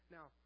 Now